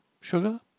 Sugar